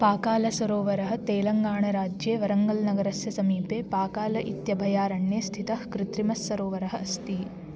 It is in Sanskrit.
पाकालसरोवरः तेलङ्गाणराज्ये वरङ्गल् नगरस्य समीपे पाकाल इत्यभयारण्ये स्थितः कृत्रिमस्सरोवरः अस्ति